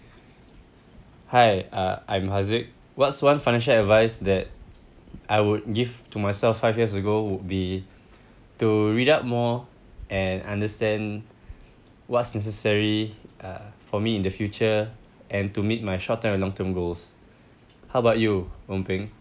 hi uh I'm haziq what's one financial advice that I would give to myself five years ago would be to read up more and understand what's necessary uh for me in the future and to meet my short term and long term goals how about you wong peng